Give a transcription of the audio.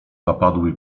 zapadły